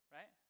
Right